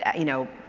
ah you know,